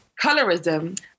colorism